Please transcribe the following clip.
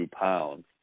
pounds